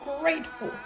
grateful